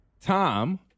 Tom